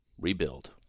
Rebuild